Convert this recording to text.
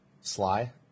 Sly